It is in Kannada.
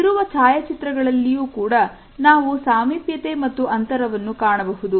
ಇಲ್ಲಿರುವ ಛಾಯಾಚಿತ್ರಗಳಲ್ಲಿಯೂ ಕೂಡ ನಾವು ಸಾಮೀಪ್ಯತೆ ಮತ್ತು ಅಂತರವನ್ನು ಕಾಣಬಹುದು